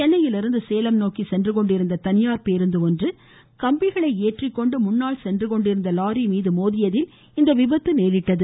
சென்னையிலிருந்து சேலம் நோக்கி சென்றுகொண்டிருந்த தனியார் பேருந்து கம்பிகளை ஏற்றிக்கொண்டு முன்னால் சென்று கொண்டிருந்த லாரி மீது மோதியதில் இவ்விபத்து நேரிட்டது